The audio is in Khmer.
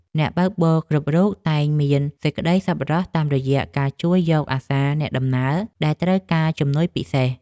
អ្នកបើកបរគ្រប់រូបតែងមានសេចក្ដីសប្បុរសតាមរយៈការជួយយកអាសាអ្នកដំណើរដែលត្រូវការជំនួយពិសេស។